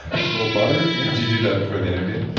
a little butter, yeah did you do that before the interview?